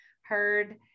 heard